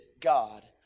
God